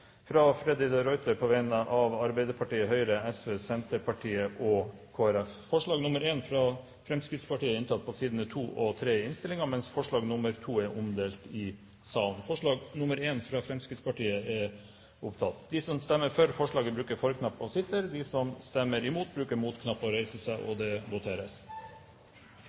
fra Freddy de Ruiter på vegne av Arbeiderpartiet, Høyre, Sosialistisk Venstreparti, Senterpartiet og Kristelig Folkeparti Forslag nr. 1, fra Fremskrittspartiet, er inntatt på sidene 2 og 3 i innstillingen, mens forslag nr. 2 er omdelt i salen. Det voteres først over forslag nr. 1, fra Fremskrittspartiet.